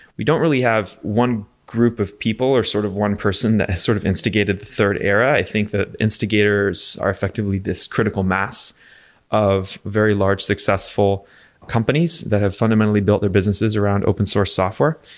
we don't really have one group of people or sort of one person that has sort of instigated third era. i think the instigators are effectively this critical mass of very large, successful companies that have fundamentally built their businesses around open source software,